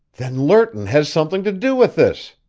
then lerton has something to do with this!